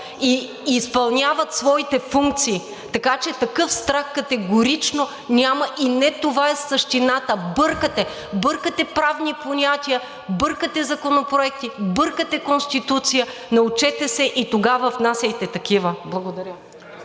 и изпълняват своите функции. Така че такъв страх категорично няма и не това е същината. Бъркате. Бъркате правни понятия, бъркате законопроекти, бъркате Конституция. Научете се и тогава внасяйте такива. Благодаря.